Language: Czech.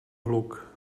hluk